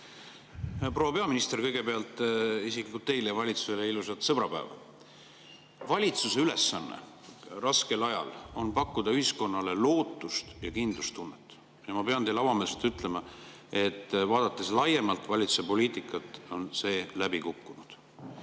Proua peaminister! Kõigepealt [soovin] isiklikult teile ja valitsusele ilusat sõbrapäeva! Valitsuse ülesanne raskel ajal on pakkuda ühiskonnale lootust ja kindlustunnet. Ma pean teile avameelselt ütlema, vaadates laiemalt valitsuse poliitikat, et see on läbi kukkunud.